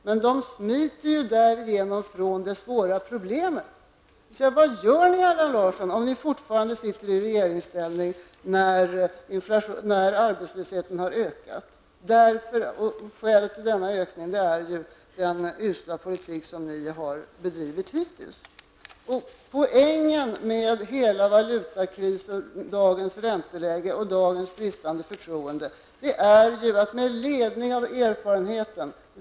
Men de smiter därmed ifrån det svåra problemet. Vad gör ni, Allan Larsson, om ni fortfarande är i regeringsställning när arbetslösheten har ökat? Skälet till denna ökning är ju den usla politik som ni hittills har fört. Folk har inte förtroende för att ni klarar att hantera de svåra problem som hänger samman med valutakrisen och dagens ränteläge. Det visar erfarenheterna.